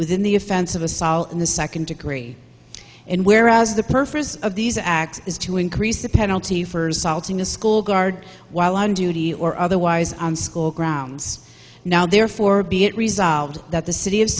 within the offense of assault in the second degree and whereas the purpose of these acts is to increase the penalty for assaulting a school guard while on duty or otherwise on school grounds now therefore be it resolved that the city of